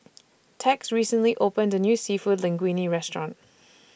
Tex recently opened A New Seafood Linguine Restaurant